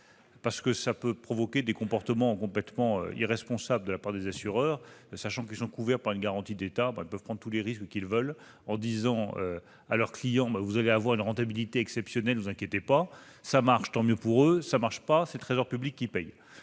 : cela peut provoquer des comportements complètement irresponsables de la part des assureurs. Sachant qu'ils sont couverts par une garantie d'État, ils peuvent prendre tous les risques qu'ils veulent, en promettant à leurs clients une rentabilité exceptionnelle : si cela marche, tant mieux pour eux ; si cela ne marche pas, c'est le Trésor public qui paiera.